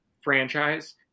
franchise